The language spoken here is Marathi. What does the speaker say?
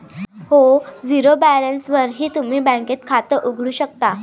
हो, झिरो बॅलन्सवरही तुम्ही बँकेत खातं उघडू शकता